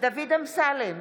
דוד אמסלם,